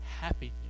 happy